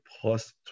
plus